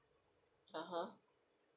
(uh huh)